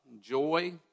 joy